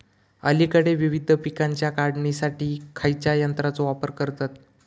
अलीकडे विविध पीकांच्या काढणीसाठी खयाच्या यंत्राचो वापर करतत?